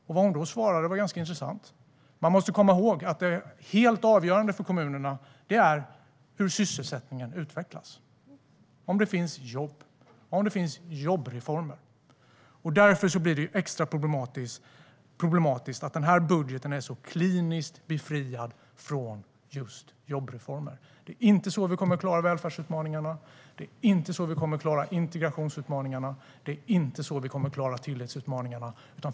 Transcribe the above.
Det hon svarade var ganska intressant: Man måste komma ihåg att det helt avgörande för kommunerna är hur sysselsättningen utvecklas - om det finns jobb och om det finns jobbreformer. Därför blir det extra problematiskt att denna budget är kliniskt befriad från just jobbreformer. Det är inte så vi kommer att klara välfärdsutmaningarna, det är inte så vi kommer att klara integrationsutmaningarna och det är inte så vi kommer att klara tilläggsutmaningarna.